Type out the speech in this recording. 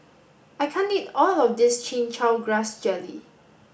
I can't eat all of this Chin Chow Grass Jelly